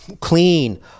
clean